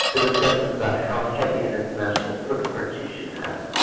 the discussion about how heavy an international footprint you should have,